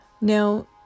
Now